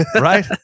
Right